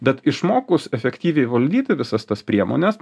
bet išmokus efektyviai valdyti visas tas priemones